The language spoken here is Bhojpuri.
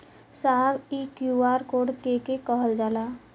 साहब इ क्यू.आर कोड के के कहल जाला?